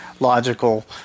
logical